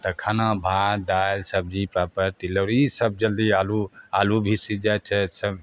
तऽ खाना भात दालि सबजी पापड़ तिलौड़ी ईसब जल्दी आलू आलू भी सिझ जाइ छै सब